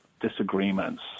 disagreements